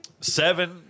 seven